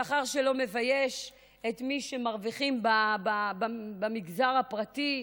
שכר שלא מבייש את מי שמרוויחים במגזר הפרטי,